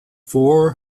four